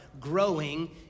growing